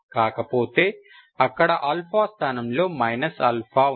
కాకపోతే ఇక్కడ ఆల్ఫా స్థానంలో మైనస్ ఆల్ఫా ఉంది